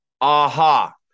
Aha